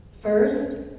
first